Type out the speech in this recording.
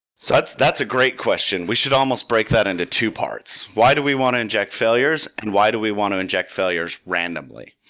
so that's that's a great question. we should almost break that into two parts. why do we want to inject failures and why do we want to inject failures randomly?